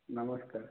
ନମସ୍କାର